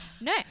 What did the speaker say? No